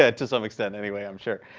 ah to some extent anyway, i'm sure.